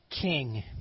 king